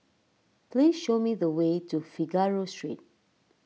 please show me the way to Figaro Street